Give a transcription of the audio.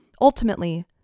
Ultimately